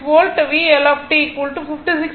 VL t 56